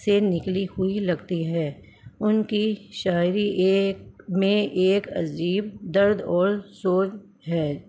سے نکلی ہوئی لگتی ہے ان کی شاعری ایک میں ایک عجیب درد اور سوز ہے